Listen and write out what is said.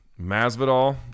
Masvidal